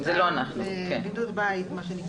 מה שנקרא בידוד בית.